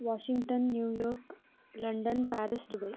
Washington New York London Paris Dubai